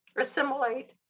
assimilate